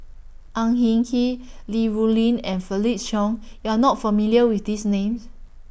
Ang Hin Kee Li Rulin and Felix Cheong YOU Are not familiar with These Names